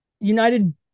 United